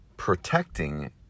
protecting